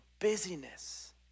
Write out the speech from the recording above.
busyness